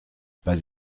pas